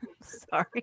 sorry